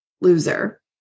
loser